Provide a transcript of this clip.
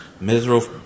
Miserable